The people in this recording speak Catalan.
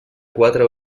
quatre